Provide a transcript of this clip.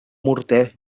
morter